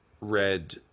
Red